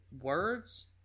words